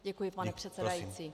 Děkuji, pane předsedající.